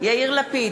יאיר לפיד,